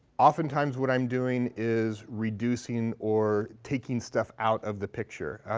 oftentimes what i'm doing is reducing or taking stuff out of the picture.